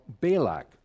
Balak